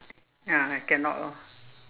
ah I cannot lor